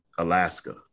Alaska